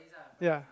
ya